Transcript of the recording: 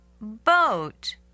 boat